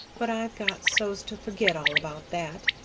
but i've got so's to forget all about that,